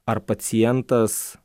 ar pacientas